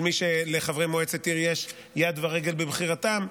של מי שלחברי מועצת העיר יש יד ורגל בבחירתם,